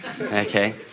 okay